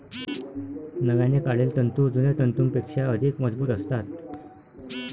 नव्याने काढलेले तंतू जुन्या तंतूंपेक्षा अधिक मजबूत असतात